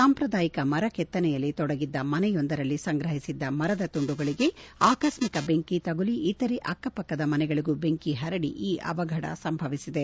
ಸಾಂಪ್ರದಾಯಿಕ ಮರ ಕೆತ್ತನೆಯಲ್ಲಿ ತೊಡಗಿದ್ದ ಮನೆಯೊಂದರಲ್ಲಿ ಸಂಗ್ರಹಿಸಿದ್ದ ಮರದ ತುಂಡುಗಳಿಗೆ ಆಕಸ್ಮಿಕ ಬೆಂಕಿ ತಗುಲಿ ಇತರೆ ಅಕ್ಕಪಕ್ಕದ ಮನೆಗಳಿಗೂ ಬೆಂಕಿ ಹರಡಿ ಈ ಅವಗಢ ಸಂಭವಿಸಿದೆ